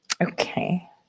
okay